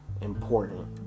important